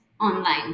online